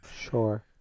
Sure